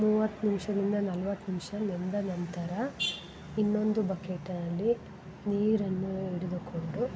ಮೂವತ್ತು ನಿನಿಷದಿಂದ ನಲವತ್ತು ನಿಮಿಷ ನೆಂದ ನಂತರ ಇನ್ನೊಂದು ಬಕೆಟಲ್ಲಿ ನೀರನ್ನು ಹಿಡಿದುಕೊಂಡು